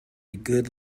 good